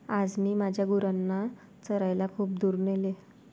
आज मी माझ्या गुरांना चरायला खूप दूर नेले